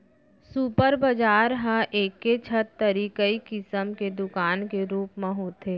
super बजार ह एके छत तरी कई किसम के दुकान के रूप म होथे